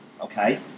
okay